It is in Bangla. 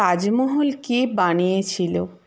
তাজমহল কে বানিয়েছিল